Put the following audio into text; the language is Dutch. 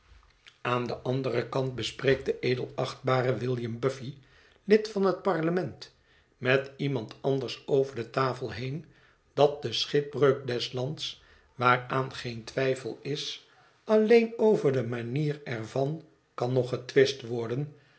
aan den anderen kant bespreekt de edelachtbare william buffy lid van het parlement met iemand anders over de tafel heen dat de schipbreuk des lands waaraan geen twijfel is alleen over de manier er van kan nog getwist worden